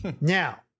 Now